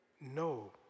No